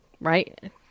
right